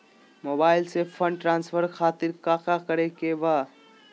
Mobile से fund transfer खातिर काका करे के बा?